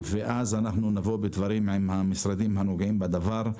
ואז נבוא בדברים עם המשרדים הנוגעים בדבר.